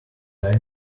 tight